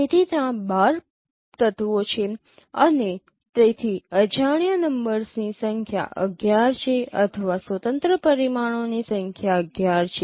તેથી ત્યાં 12 તત્વો છે અને તેથી અજાણ્યા નંબર્સની સંખ્યા 11 છે અથવા સ્વતંત્ર પરિમાણોની સંખ્યા 11 છે